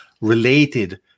related